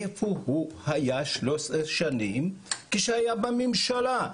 איפה הוא היה 13 שנים כשהיה בממשלה?